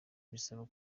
bisaba